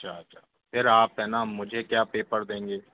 अच्छा अच्छा फिर आप हैना मुझे क्या पेपर देंगे